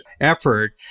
effort